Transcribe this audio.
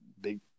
big